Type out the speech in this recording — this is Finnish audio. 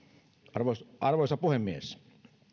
arvoisa arvoisa puhemies